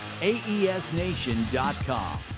AESNation.com